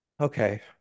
Okay